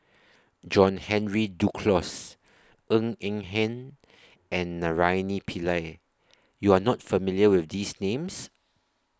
John Henry Duclos Ng Eng Hen and Naraina Pillai YOU Are not familiar with These Names